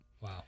Wow